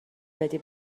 بدی